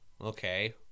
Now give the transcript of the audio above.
okay